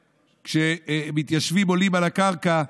וכשמתיישבים עולים על הקרקע,